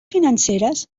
financeres